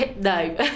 no